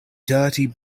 dirty